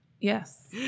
Yes